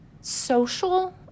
social